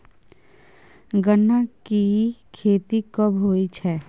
गन्ना की खेती कब होय छै?